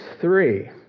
three